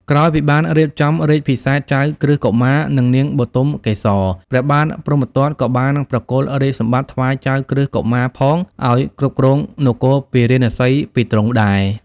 ក្រោយពីបានរៀបចំរាជអភិសេកចៅក្រឹស្នកុមារ និងនាងបុទមកេសរ ព្រះបាទព្រហ្មទត្តក៏បានប្រគល់រាជសម្បត្តិថ្វាយចៅក្រឹស្នកុមារផង ឱ្យគ្រប់គ្រងនគរពារាណសីពីទ្រង់ដែរ។